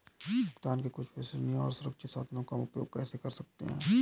भुगतान के कुछ विश्वसनीय और सुरक्षित साधनों का उपयोग करें जैसे कि पेपैल